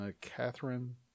Catherine